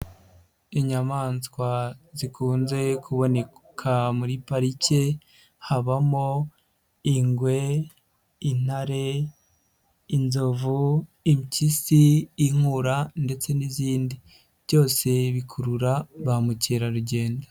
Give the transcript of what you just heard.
Inyamaswa zikunze kuboneka muri parike habamo: ingwe, intare, inzovu, impyisi, inkura ndetse n'izindi, byose bikurura ba mukerarugendo.